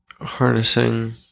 harnessing